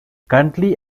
currently